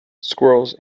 squirrels